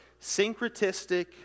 syncretistic